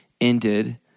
ended